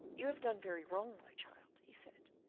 you have done very wrong, my child, he said,